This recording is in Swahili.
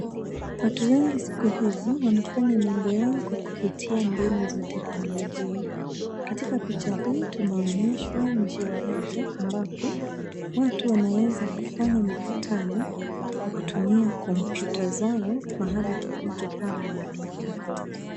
Watu wengi siku hizi wanafanya mambo yao kwa kupitia mbinu za teknolojia. Katika picha hii tunaonyeshwa njia moja ambapo watu wanaweza kufanya mikutano kwa kutumia kompyuta zao mahali popote pale walipo.